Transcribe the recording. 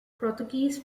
portuguese